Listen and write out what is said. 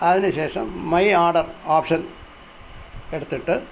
അതിനുശേഷം my order option എടുത്തിട്ട്